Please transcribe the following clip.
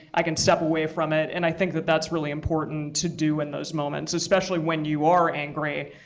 i can step away from it. and i think that that's really important to do in those moments, especially when you are angry,